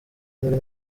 muri